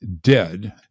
dead